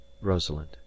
rosalind